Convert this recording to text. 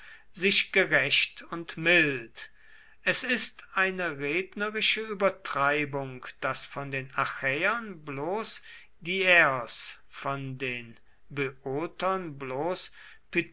sich gerecht und mild es ist eine rednerische übertreibung daß von den achäern bloß diäos von den böotern bloß